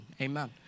Amen